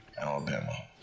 Alabama